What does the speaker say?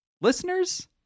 listeners